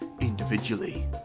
Individually